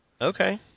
Okay